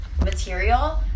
material